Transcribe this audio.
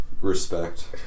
Respect